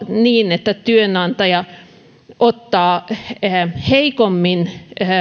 niin että työnantaja ottaa heikommin